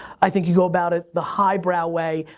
i think you go about it the high brow way.